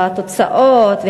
התוצאות,